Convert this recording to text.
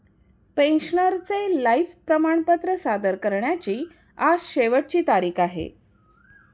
पेन्शनरचे लाइफ प्रमाणपत्र सादर करण्याची आज शेवटची तारीख आहे